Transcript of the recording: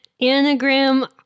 Anagram